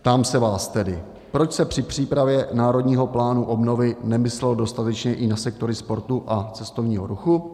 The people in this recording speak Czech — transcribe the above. Ptám se vás tedy, proč se při přípravě Národního plánu obnovy nemyslelo dostatečně i na sektory sportu a cestovního ruchu?